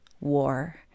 war